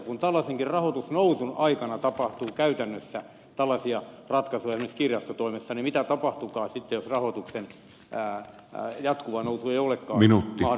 kun tällaisenkin rahoitusnousun aikana tapahtuu käytännössä tällaisia ratkaisuja esimerkiksi kirjastotoimessa niin mitä tapahtuukaan sitten jos rahoituksen jatkuva nousu ei olekaan mahdollinen